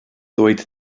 ddweud